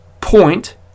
point